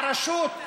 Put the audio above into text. הרשות,